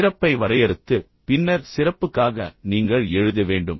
சிறப்பை வரையறுத்து பின்னர் சிறப்புக்காக நீங்கள் எழுத வேண்டும்